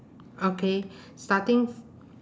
okay starting f~